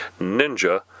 Ninja